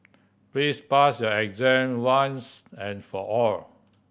please pass your exam once and for all